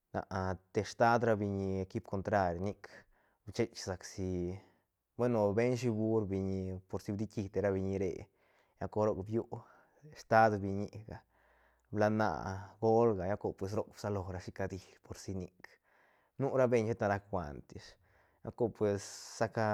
te staad ra biñi equip contrari nic bisech sac si bueno beiñ shi bur biñi por si bdiqui te ra biñi re lla cor roc biu staad biñiga blana gölga lla gal cor roc bsalorashi ca diíl por si nic nu ra beñ sheta rac guant ish gol cor pues saca.